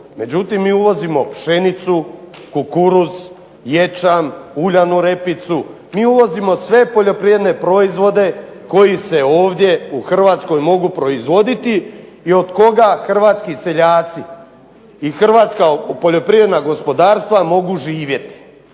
međutim mi uvozimo pšenicu, kukuruz, ječam, uljanu repicu. Mi uvozimo sve poljoprivredne proizvode koji se ovdje u Hrvatskoj mogu proizvoditi i od koga hrvatski seljaci i hrvatska poljoprivredna gospodarstva mogu živjeti.